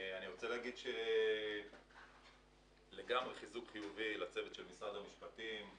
אני רוצה להגיד לגמרי חיזוק חיובי לצוות של משרד המשפטים.